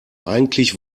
eigentlich